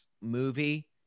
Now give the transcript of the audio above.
movie